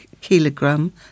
kilogram